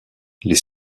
les